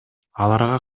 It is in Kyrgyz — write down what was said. аларга